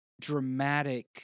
dramatic